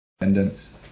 independence